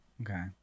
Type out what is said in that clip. Okay